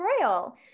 royal